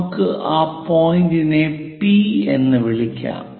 നമുക്ക് ഈ പോയിന്റിനെ പി എന്ന് വിളിക്കാം